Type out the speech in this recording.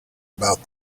about